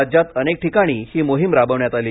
राज्यात अनेक ठिकाणी ही मोहीम राबविण्यात आली